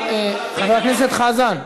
חבר הכנסת חזן.